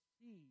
see